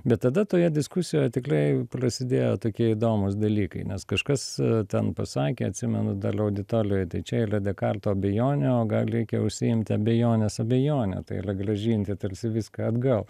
bet tada toje diskusijoje tikliai plasidėjo tokie įdomūs dalykai nes kažkas ten pasakė atsimenu dal auditolijoj tai čia ylia dekalto abejonė o gal leikia užsiimti abejonės abejone tai ylia grąžinti tarsi viską atgal